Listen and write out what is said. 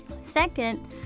Second